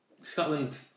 Scotland